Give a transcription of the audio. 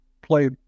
play